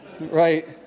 Right